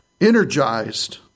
energized